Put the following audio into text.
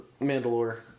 Mandalore